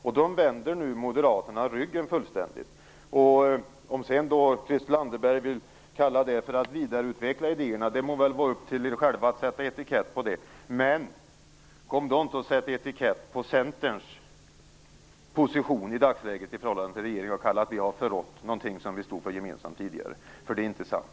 Nu vänder Moderaterna de principerna fullständigt ryggen. Om Christel Anderberg vill kalla det för en vidareutveckling av idéerna är en sak. Det må vara upp till er själva att sätta en etikett på det. Men kom inte och sätt etiketten på Centerns position i dagsläget i förhållande till regeringen att vi har förrått något som vi tidigare gemensamt stod för, för det är inte sant.